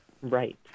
Right